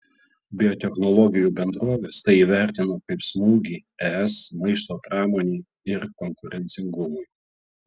biotechnologijų bendrovės tai įvertino kaip smūgį es maisto pramonei ir konkurencingumui